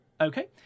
Okay